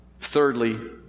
Thirdly